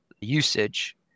usage